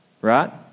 right